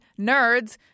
nerds